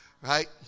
right